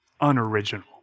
unoriginal